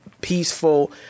peaceful